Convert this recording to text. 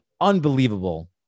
Unbelievable